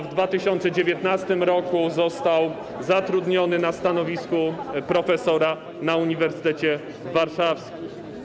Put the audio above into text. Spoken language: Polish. W 2019 r. został zatrudniony na stanowisku profesora na Uniwersytecie Warszawskim.